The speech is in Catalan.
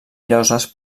lloses